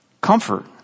comfort